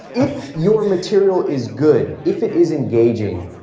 if your material is good, if it is engaging,